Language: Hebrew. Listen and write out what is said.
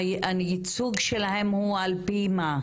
והייצוג שלהם הוא על פי מה?